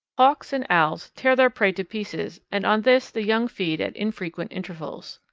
hawks and owls tear their prey to pieces and on this the young feed at infrequent intervals.